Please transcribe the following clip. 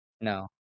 No